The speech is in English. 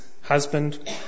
husband